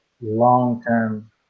long-term